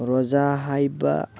ꯔꯣꯖꯥ ꯍꯥꯏꯕ